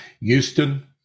Houston